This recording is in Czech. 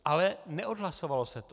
Ale neodhlasovalo se to.